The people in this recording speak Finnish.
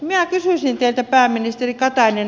minä kysyisin teiltä pääministeri katainen